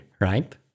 right